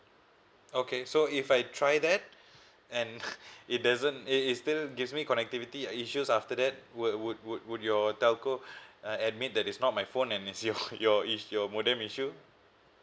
okay so if I try that and it doesn't it it still gives me connectivity issues after that would would would would your telco uh admit that it's not my phone and it's your your it's your modem issue